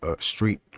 street